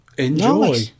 Enjoy